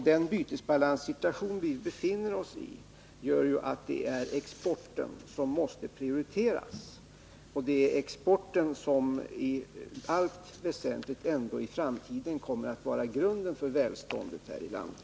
Den bytesbalanssituation vi befinner oss i gör att det är exporten som måste prioriteras, och det är exporten som ändå i framtiden i allt väsentligt kommer att vara grunden för välståndet här i landet.